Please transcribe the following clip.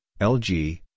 LG